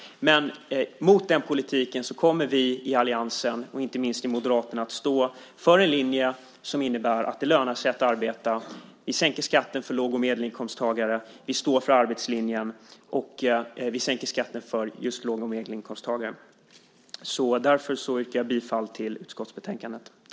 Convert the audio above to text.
Mot den politiken kommer vi i alliansen, inte minst i Moderaterna, att stå för en linje som innebär att det lönar sig att arbeta. Vi sänker skatten för låg och medelinkomsttagare. Vi står för arbetslinjen. Därför yrkar jag bifall till utskottets förslag i betänkandet.